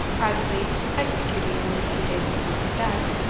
privately executed only a few days before his death,